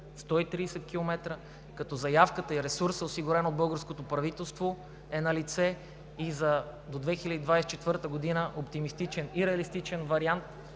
130 км, като заявката и ресурсът, осигурен от българското правителство, е налице и до 2024 г. има оптимистичен и реалистичен вариант